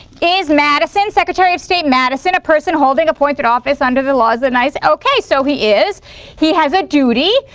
is madison secretary of state madison a person holding appointed office under the laws of nice, ok, so he is he has a duty.